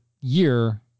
year